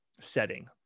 setting